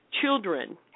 children